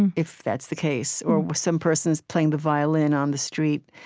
and if that's the case, or some person is playing the violin on the street,